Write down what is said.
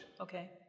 Okay